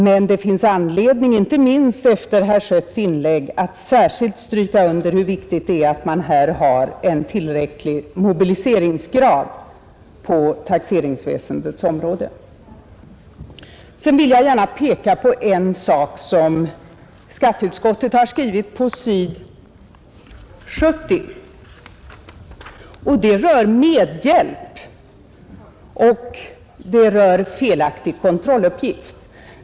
Men det finns anledning, inte minst efter herr Schötts inlägg, att särskilt stryka under hur viktigt det är med en tillräckligt hög mobiliseringsgrad på taxeringsväsendets område. Sedan vill jag gärna peka på en sak som skatteutskottet behandlat på s. 70 och som rör medhjälp och felaktig kontrolluppgift.